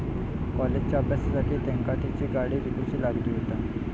कॉलेजच्या अभ्यासासाठी तेंका तेंची गाडी विकूची लागली हुती